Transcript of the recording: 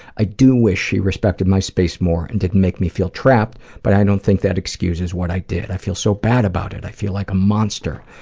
i do wish she respected my space more and didn't make me feel trapped, but i don't think that excuses what i did. i feel so bad about it. i feel like a monster.